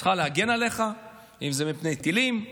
צריכה להגן עליך, אם זה מפני טילים,